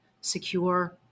secure